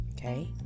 okay